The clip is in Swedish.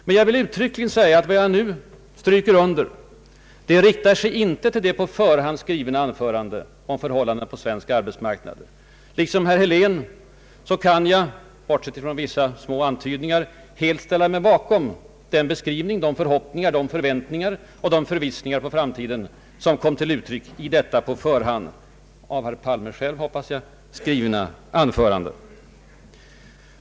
Men jag vill uttryckligen stryka under att vad jag nu säger inte riktar sig mot det på förhand skrivna anförandet om förhållandena på svensk arbetsmarknad. Liksom herr Helén kan jag, bortsett från vissa antydningar, helt ställa mig bakom den beskrivning, de förhoppningar och de förväntningar om framtiden som kom till uttryck i detta på förhand av herr Palme själv, hoppas jag, skrivna anförande.